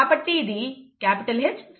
కాబట్టి ఇది Hh